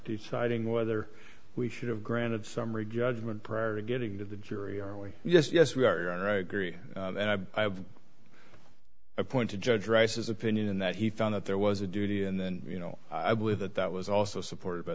deciding whether we should have granted summary judgment prior to getting to the jury are we just yes we are and i agree i point to judge rice's opinion that he found that there was a duty and then you know i believe that that was also supported by